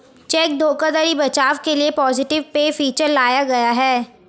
check धोखाधड़ी बचाव के लिए पॉजिटिव पे फीचर लाया गया है